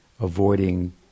avoiding